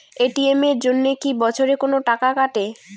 ATM এর জন্যে কি বছরে কোনো টাকা কাটে?